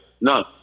None